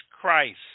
Christ